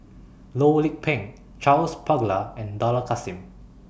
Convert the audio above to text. Loh Lik Peng Charles Paglar and Dollah Kassim